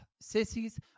Sissies